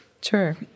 Sure